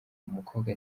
umukobwa